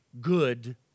good